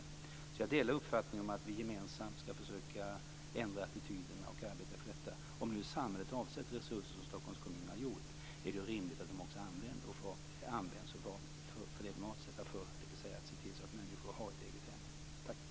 Så jag delar uppfattningen att vi gemensamt skall försöka ändra attityderna och arbeta för detta. Om nu samhället har avsatt resurser, som Stockholms kommun har gjort, är det rimligt att de också används till det de är avsedda för, dvs. att se till så att människor har ett eget hem.